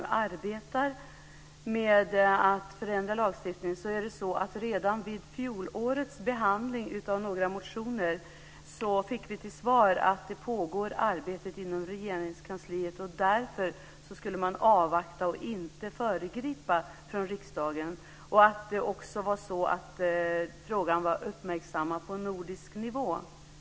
Herr talman! Först vill jag säga att när det gäller att Justitiedepartementet just nu arbetar med att förändra lagstiftningen är det så att redan vid fjolårets behandling av några motioner fick vi till svar att det pågår ett arbete inom Regeringskansliet. Därför skulle riksdagen avvakta och inte föregripa resultatet av det arbetet. Det sades också att frågan var uppmärksammad på nordisk nivå.